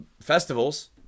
festivals